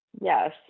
Yes